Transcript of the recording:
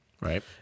Right